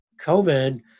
covid